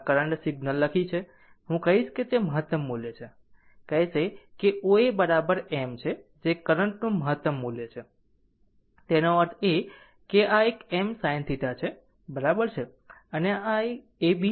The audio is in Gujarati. આ કરંટ સિગ્નલ લખી છે હું કહીશ કે તે મહત્તમ મૂલ્ય છે કહેશે O A બરાબર m છે જે કરંટ નું મહત્તમ મૂલ્ય છે એનો અર્થ એ કે આ એક m sin θ છે બરાબર છે